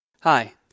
Hi